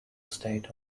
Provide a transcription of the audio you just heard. state